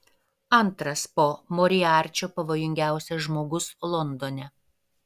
antras po moriarčio pavojingiausias žmogus londone